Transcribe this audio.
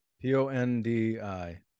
P-O-N-D-I